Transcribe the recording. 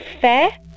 fair